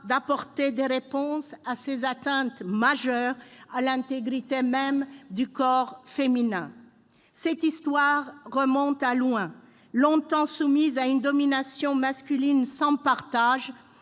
d'apporter des réponses à ces atteintes majeures à l'intégrité même du corps féminin. Cette histoire remonte à loin. Longtemps soumise à une domination masculine sans partage,